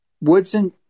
Woodson